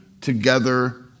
together